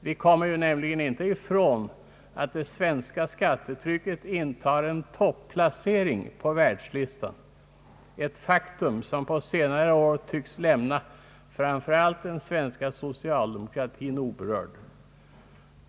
Vi kommer nämligen inte ifrån att det svenska skattetrycket intar en topplacering på världslistan, ett faktum som på senare år tycks lämna framför allt den svenska socialdemokratin oberörd.